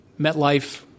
MetLife